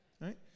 right